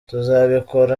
tuzabikora